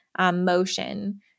motion